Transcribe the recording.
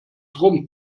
rum